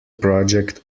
project